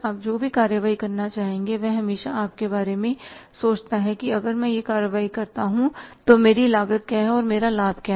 आप जो भी कार्रवाई करना चाहते हैं वह हमेशा आपके बारे में सोचता है कि अगर मैं यह कार्रवाई करता हूं तो मेरी लागत क्या है मेरा लाभ क्या है